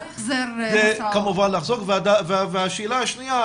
השאלה השנייה,